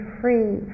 free